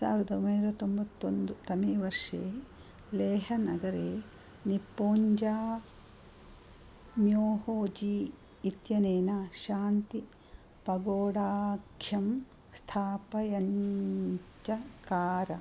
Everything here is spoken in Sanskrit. साव्रदोम्बैनूर् तोम्बत्तोन्दु तमे वर्षे लेह् नगरे निपुञ्ज म्योहोजी इत्यनेन शान्ति पगोडाख्यं स्थापयाञ्चकार